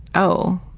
oh.